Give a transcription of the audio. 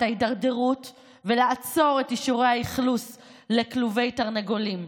את ההידרדרות ולעצור את אישורי האכלוס בכלובי תרנגולים.